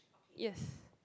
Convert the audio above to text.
yes